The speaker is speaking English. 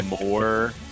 more